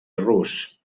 rus